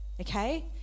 okay